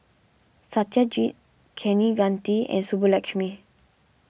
Satyajit Kaneganti and Subbulakshmi